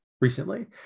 recently